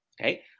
okay